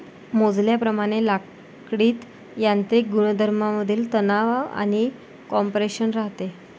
मोजल्याप्रमाणे लाकडीत यांत्रिक गुणधर्मांमधील तणाव आणि कॉम्प्रेशन राहते